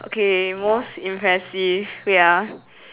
okay most impressive wait ah